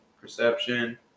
Perception